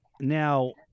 Now